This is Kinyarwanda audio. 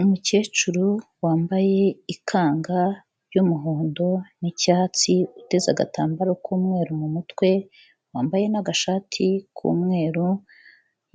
Umukecuru wambaye ikanga ry'umuhondo n'icyatsi uteze agatambaro k'umweru mu mutwe, wambaye n'agashati k'umweru,